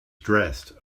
dressed